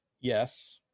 Yes